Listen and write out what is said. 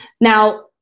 Now